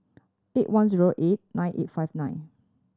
eight one zero eight nine eight five nine